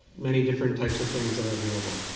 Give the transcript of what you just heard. many different types of things that are available.